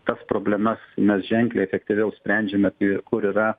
tas problemas mes ženkliai efektyviau sprendžiame kur yra